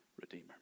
redeemer